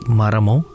Maramo